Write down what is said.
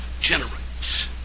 generates